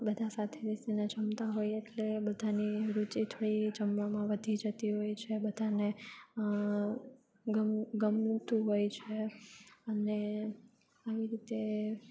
બધા સાથે બેસીને જમતા હોય એટલે બધાને રુચી થોડી જમવામાં વધી જતી હોય છે બધાને ગમતું હોય છે અને આવી રીતે